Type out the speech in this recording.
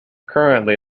currently